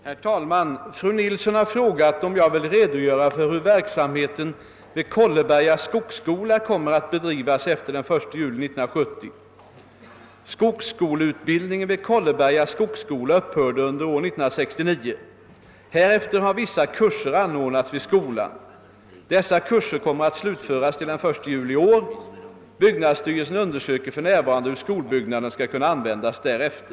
Herr talman! Fru Nilsson har frågat om jag vill redogöra för hur verksamheten vid Kolleberga skogsskola kommer att bedrivas efter den 1 juli 1970. Skogsskoleutbildningen vid Kolleberga skogsskola upphörde under år 1969. Härefter har vissa kurser anordnats vid skolan. Dessa kurser kommer att slutföras till den 1 juli i år. Byggnadsstyrelsen undersöker f.n. hur skolbyggnaderna skall kunna användas därefter.